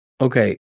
Okay